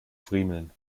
friemeln